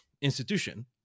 institution